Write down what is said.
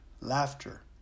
laughter